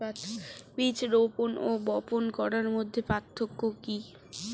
বীজ রোপন ও বপন করার মধ্যে পার্থক্য কি?